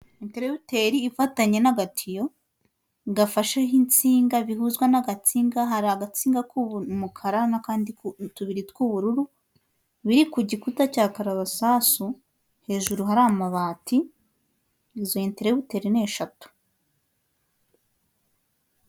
Interebuteri ifatanye n'agatiyo gafashe nk'insinga bihuzwa n'agansinga hari agatsiga k'umukara n'akandi tubiri tw'ubururu biri ku gikuta cya karabasasu hejuru hari amabati, izo eterebuteri ni eshatu.